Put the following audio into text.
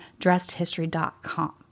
DressedHistory.com